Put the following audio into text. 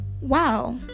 wow